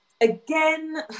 again